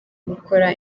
gukora